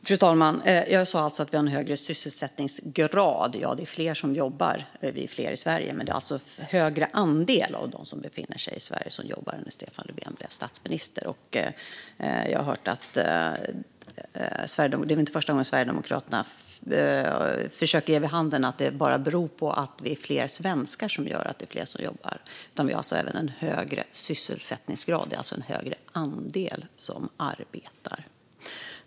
Fru talman! Jag sa att vi har en högre sysselsättningsgrad. Ja, det är fler som jobbar eftersom vi är fler i Sverige, men det är en högre andel av dem som befinner sig i Sverige som jobbar nu än när Stefan Löfven blev statsminister. Det här är inte första gången som Sverigedemokraterna försöker ge vid handen att det bara beror på att vi är fler svenskar som gör att fler jobbar. Vi har dock även en högre sysselsättningsgrad, det vill säga en högre andel som arbetar.